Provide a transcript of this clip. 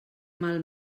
mal